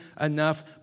enough